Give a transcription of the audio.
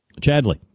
Chadley